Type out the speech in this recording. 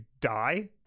die